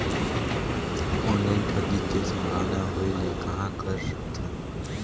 Online ठगी के संभावना होय ले कहां कर सकथन?